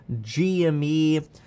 GME